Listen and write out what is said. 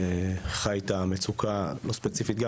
חי את המצוקה הספציפית,